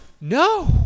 No